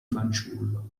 fanciullo